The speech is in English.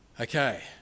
Okay